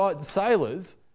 sailors